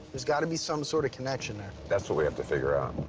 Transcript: there's gotta be some sort of connection. that's what we have to figure out.